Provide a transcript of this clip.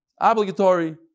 obligatory